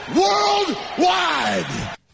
worldwide